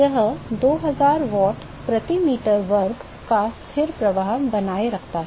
यह 2000 वाट प्रति मीटर वर्ग का स्थिर प्रवाह बनाए रखता है